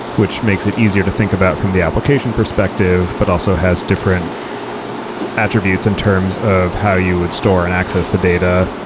which makes it easier to think about from the application perspective, but also has different attributes in terms of how you would store and access the data.